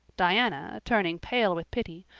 diana, turning pale with pity,